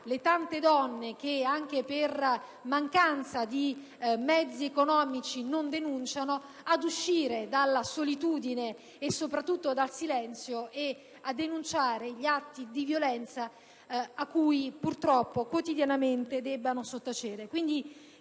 le tante donne che per mancanza di mezzi economici non denunciano ad uscire della solitudine e, soprattutto, dal silenzio e a denunciare gli atti di violenza cui purtroppo quotidianamente devono sottostare.